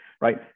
right